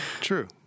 True